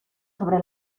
sobre